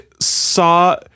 saw